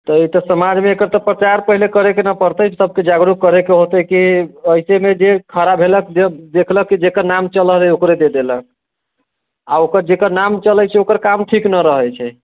तैं तऽ समाजमे एकर तऽ परचार पहिने करैके ने पड़तै सबके जागरूक करैके होतै की ऐसेमे जे खड़ा भेला सऽ जे देखलक जेकर नाम चलऽ हय ओकरे दे देलक आ जेकर नाम चलै छै ओकर काम ठीक न रहै छै